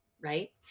Right